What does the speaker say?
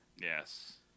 Yes